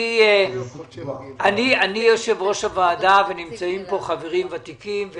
אני יושב-ראש הוועדה ונמצאים פה חברים ותיקים.